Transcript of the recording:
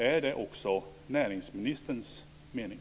Är det också näringsministerns mening?